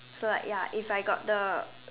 so like ya if I got the